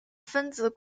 分子